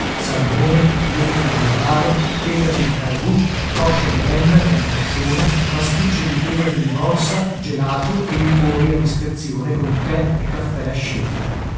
salmone filetti di narvalo fegato di caribou coscia di renna con crescione pasticcio di fegato di morsa gelato e liquori a discrezione con tè e caffè a scelta